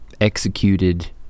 executed